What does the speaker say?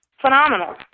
phenomenal